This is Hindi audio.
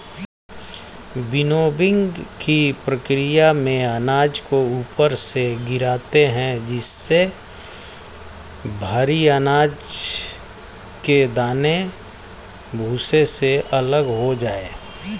विनोविंगकी प्रकिया में अनाज को ऊपर से गिराते है जिससे भरी अनाज के दाने भूसे से अलग हो जाए